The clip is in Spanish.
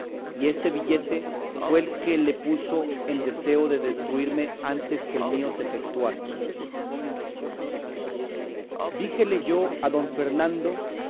y este billete fue el que le puso en deseo de destruirme antes que el mío se efetuase díjele yo a don fernando